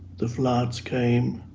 the floods came,